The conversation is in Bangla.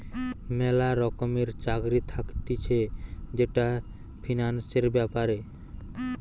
ম্যালা রকমের চাকরি থাকতিছে যেটা ফিন্যান্সের ব্যাপারে